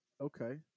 okay